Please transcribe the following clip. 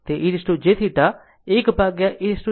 તે e jθ 1e jθ2 છે